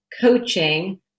coaching